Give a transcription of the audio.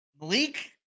Malik